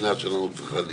המדינה שלנו צריכה להיות.